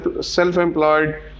self-employed